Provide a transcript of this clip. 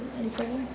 ଏହିସବୁ